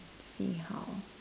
see how